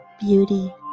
beauty